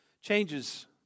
changes